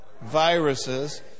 viruses